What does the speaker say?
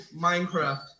Minecraft